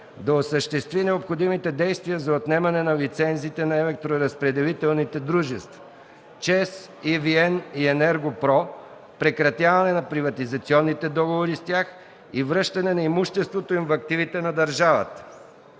да осъществи необходимите действия за отнемане на лицензите на електроразпределителните дружества – ЧЕЗ, ЕVN и Енерго-про, прекратяване на приватизационните договори с тях и връщане на имуществото им в активите на държавата,